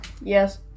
Yes